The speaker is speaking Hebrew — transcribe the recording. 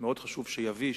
מאוד חשוב שיביא,